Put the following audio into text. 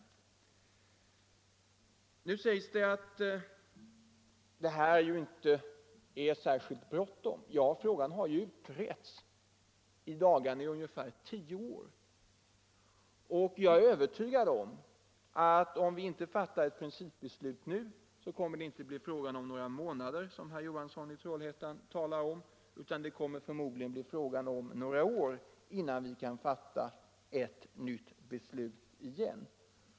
Det sägs nu att den här saken inte är särskilt brådskande. Men frågan har ju i dagarna utretts i ungefär tio år. Jag är säker på att om vi inte fattar ett principbeslut nu, så kommer det inte att ta några månader, som herr Johansson i Trollhättan talar om, utan det kommer förmodligen att dröja några år innan vi kan fatta ett beslut.